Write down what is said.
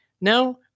No